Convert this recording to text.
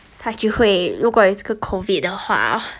他就会如果有这个 COVID 的话